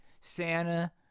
Santa